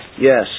Yes